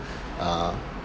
uh